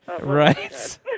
Right